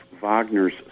Wagner's